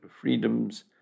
freedoms